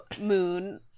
moon